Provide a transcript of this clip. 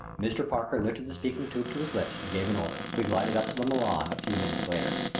mr. parker lifted the speaking tube to his lips and gave an order. we glided up to the milan a few minutes later.